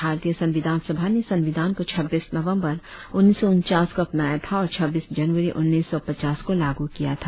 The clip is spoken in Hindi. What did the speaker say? भारतीय संविधान सभा ने संविधान को छब्बीस नवंबर उन्नीस सौ उनचास को अपनाया था और छब्बीस जनवरी उन्नीस सौ पचास को लागू किया था